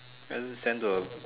then just send to a